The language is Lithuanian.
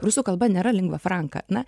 rusų kalba nėra lingva franka na